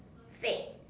fad